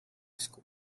school